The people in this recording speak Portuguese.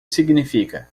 significa